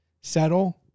settle